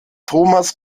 thomas